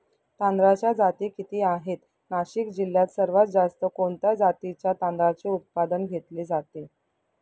तांदळाच्या जाती किती आहेत, नाशिक जिल्ह्यात सर्वात जास्त कोणत्या जातीच्या तांदळाचे उत्पादन घेतले जाते?